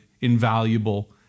invaluable